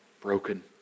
broken